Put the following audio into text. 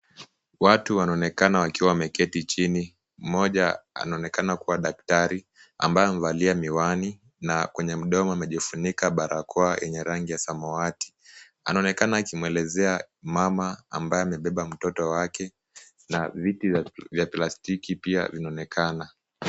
Watu wanaonekana wakiwa wameketi chini. Mmoja anaonekana kuwa daktari ambaye amevalia miwani na kwenye mdomo amejifunika barakoa yenye rangi ya samawati. Anaonekana akimuelezea mama ambaye amebeba mtoto wake na viti vya plastiki pia vinaonekana.